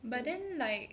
but then like